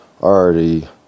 already